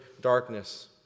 darkness